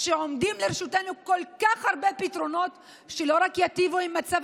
שעומדים לרשותנו כל כך הרבה פתרונות שלא רק ייטיבו את מצב